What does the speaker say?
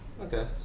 okay